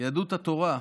יהדות התורה,